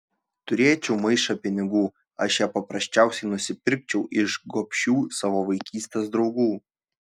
turėčiau maišą pinigų aš ją paprasčiausiai nusipirkčiau iš gobšių savo vaikystės draugų